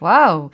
Wow